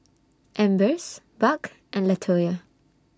Ambers Buck and Latoya